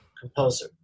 composer